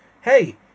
hey